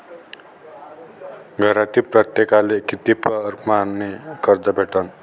घरातील प्रत्येकाले किती परमाने कर्ज भेटन?